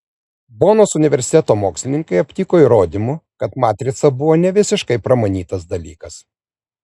bonos universiteto mokslininkai aptiko įrodymų kad matrica buvo ne visiškai pramanytas dalykas